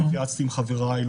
לא התייעצתי עם חבריי,